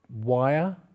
wire